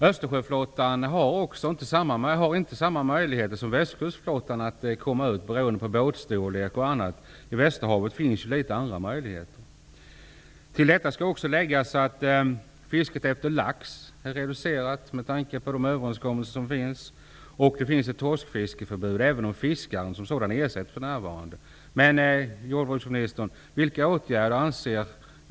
Östersjöflottan har inte samma möjligheter som västkustflottan att komma ut, t.ex. beroende på båtstorlek. I Västerhavet finns litet andra möjligheter. Till detta skall också läggas att fisket efter lax är reducerat på grund av de överenskommelser som finns. Det finns ett torskfiskeförbud, även om fiskaren för närvarande ersätts.